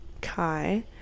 Kai